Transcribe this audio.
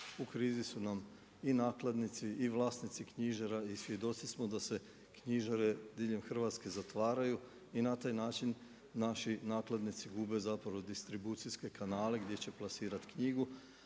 U krizi su nam i nakladnici i vlasnici knjižara i svjedoci smo da se knjižare diljem Hrvatske zatvaraju i na taj način naši nakladnici gube zapravo, distribucijske kanale gdje će plasirat knjigu